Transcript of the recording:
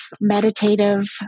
meditative